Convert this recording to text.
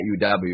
UW